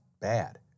bad